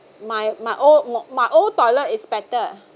my my old my old toilet is better